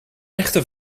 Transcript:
echte